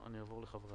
אם לא, נעבור לחברי